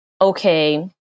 okay